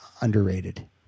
underrated